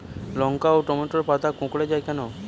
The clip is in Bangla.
লঙ্কা ও টমেটোর পাতা কুঁকড়ে য়ায় কেন?